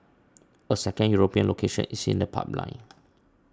a second European location is in the pipeline